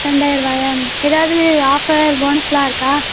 ரெண்டாயிரம் ரூபாயா சரி ஏதாவது ஆஃபர் போனஸ்ஸெலாம் இருக்கா